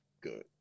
Good